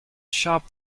sharp